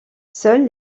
seul